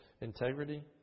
integrity